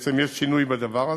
בעצם יש שינוי בדבר הזה.